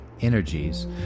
energies